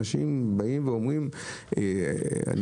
אני